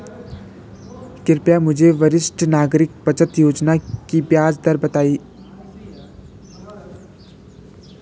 कृपया मुझे वरिष्ठ नागरिक बचत योजना की ब्याज दर बताएँ